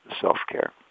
self-care